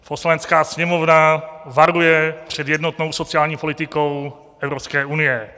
Poslanecká sněmovna varuje před jednotnou sociální politikou Evropské unie.